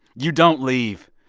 you don't leave.